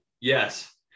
yes